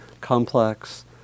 complex